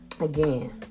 again